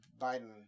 Biden